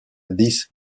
this